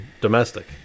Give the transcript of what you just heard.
domestic